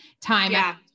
time